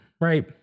right